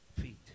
feet